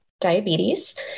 diabetes